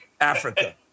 Africa